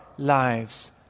lives